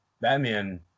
Batman